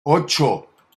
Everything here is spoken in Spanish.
ocho